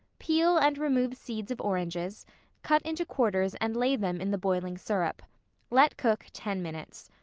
peel and remove seeds of oranges cut into quarters and lay them in the boiling syrup let cook ten minutes.